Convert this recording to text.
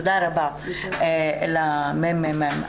תודה לממ"מ.